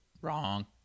Wrong